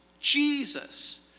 Jesus